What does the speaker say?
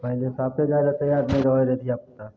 पहिले साफे जाइ लए तैयार नहि रहैरऽ धियापुता